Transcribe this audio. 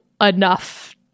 enough